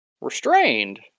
restrained